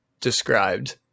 described